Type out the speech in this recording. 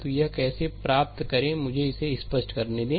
तो यह कैसे प्राप्त करें मुझे इसे स्पष्ट करने दें